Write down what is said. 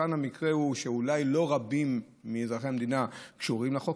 כאן המקרה הוא שאולי לא רבים מאזרחי המדינה קשורים לחוק,